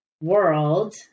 world